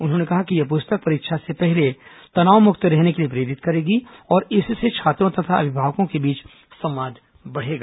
उन्होंने कहा कि यह पुस्तक परीक्षा से पहले तनावमुक्त रहने के लिए प्रेरित करेगी और इससे छात्रों तथा अभिभावकों के बीच संवाद बढ़ेगा